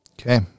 Okay